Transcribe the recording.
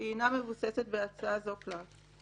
היא אינה מבוססת בהצעה זו כלל.